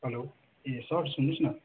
hello ए sir सुन्नुहोस् न